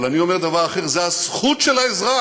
אבל אני אומר דבר אחר: זה הזכות של האזרח,